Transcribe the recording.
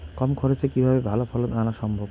কম খরচে কিভাবে ভালো ফলন আনা সম্ভব?